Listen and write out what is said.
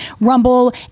Rumble